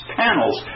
panels